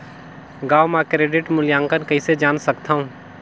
गांव म क्रेडिट मूल्यांकन कइसे जान सकथव?